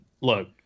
Look